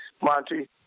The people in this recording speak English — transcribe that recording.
Monty